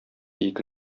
ике